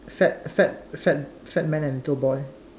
fat fat fat fat man and little boy